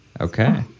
okay